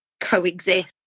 coexist